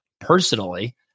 personally